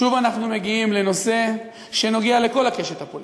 שוב אנחנו מגיעים לנושא שנוגע לכל הקשת הפוליטית,